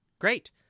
great